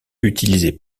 utilisé